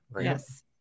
Yes